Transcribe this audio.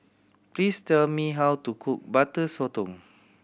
please tell me how to cook Butter Sotong